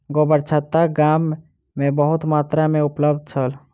गोबरछत्ता गाम में बहुत मात्रा में उपलब्ध छल